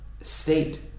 state